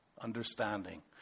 understanding